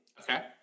Okay